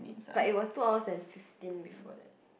but it was two hours and fifteen before that